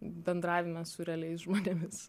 bendravime su realiais žmonėmis